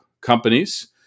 companies